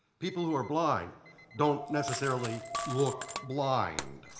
people who are blind don't necessarily look blind.